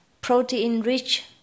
protein-rich